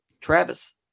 Travis